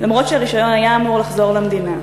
למרות שהרישיון היה אמור לחזור למדינה.